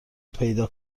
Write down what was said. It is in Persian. پیدا